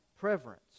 Preference